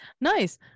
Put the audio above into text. Nice